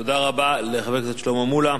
תודה רבה לחבר הכנסת שלמה מולה.